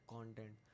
Content